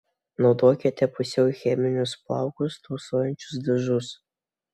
naudokite pusiau cheminius plaukus tausojančius dažus